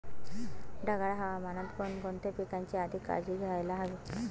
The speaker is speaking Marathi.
ढगाळ हवामानात कोणकोणत्या पिकांची अधिक काळजी घ्यायला हवी?